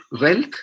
wealth